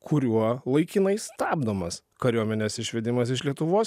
kuriuo laikinai stabdomas kariuomenės išvedimas iš lietuvos